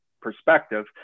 perspective